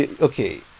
Okay